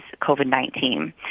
COVID-19